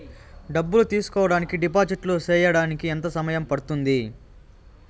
డబ్బులు తీసుకోడానికి డిపాజిట్లు సేయడానికి ఎంత సమయం పడ్తుంది